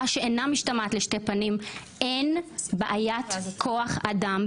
שאינה משתמעת לשתי פנים: אין בעיית כוח אדם,